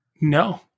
No